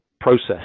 process